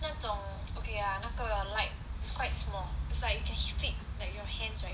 那种 okay ah 那个 like it's quite small it's like can you fit it in your hands right